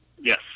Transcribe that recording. Yes